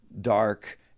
dark